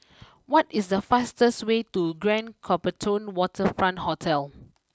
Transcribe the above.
what is the fastest way to Grand Copthorne Waterfront Hotel